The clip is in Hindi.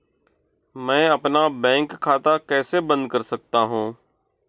मैं अपना बैंक खाता कैसे बंद कर सकता हूँ?